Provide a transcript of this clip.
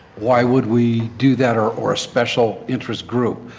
why would we do that? or or special interest group?